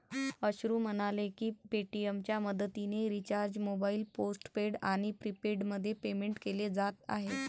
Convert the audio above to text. अश्रू म्हणाले की पेटीएमच्या मदतीने रिचार्ज मोबाईल पोस्टपेड आणि प्रीपेडमध्ये पेमेंट केले जात आहे